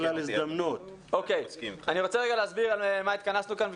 אני רוצה להסביר לשם מה התכנסנו כאן,